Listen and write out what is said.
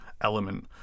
element